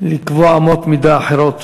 לקבוע אמות מידה אחרות